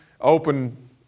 open